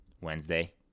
Wednesday